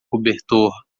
cobertor